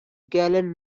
gallant